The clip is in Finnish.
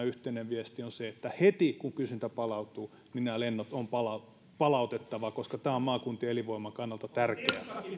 yhteinen viesti on se että heti kun kysyntä palautuu nämä lennot on palautettava koska tämä on maakuntien elinvoiman kannalta tärkeä